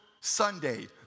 Sunday